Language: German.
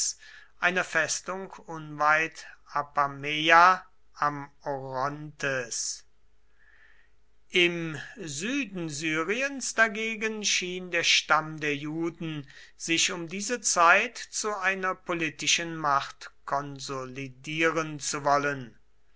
einer festung unweit apameia am orontes im süden syriens dagegen schien der stamm der juden sich um diese zeit zu einer politischen macht konsolidieren zu wollen